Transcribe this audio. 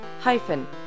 hyphen